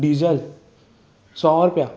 diesel सौ रुपया